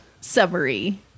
summary